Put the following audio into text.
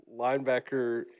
linebacker